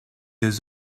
deux